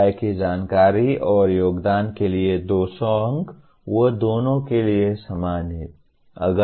संकाय की जानकारी और योगदान के लिए 200 अंक वे दोनों के लिए समान हैं